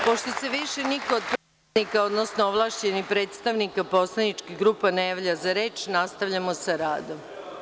Pošto se više niko od predsednika, odnosno ovlašćenih predstavnika poslaničkih grupa ne javlja za reč, nastavljamo sa radom.